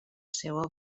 seua